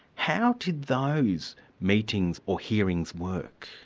how did those meetings or hearings work?